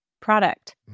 product